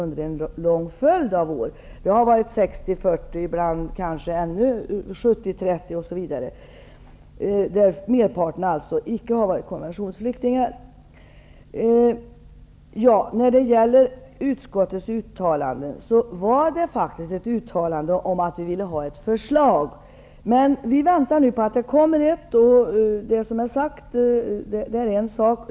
Fördelningen har varit 60-- 40, ibland kanske 70--30, och merparten har då inte varit konventionsflyktingar. Utskottets uttalande var faktiskt ett uttalande om att vi ville ha ett förslag. Vi väntar nu på att det kommer ett sådant. Det som är sagt är en sak.